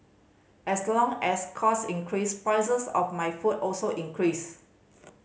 as long as cost increase prices of my food also increase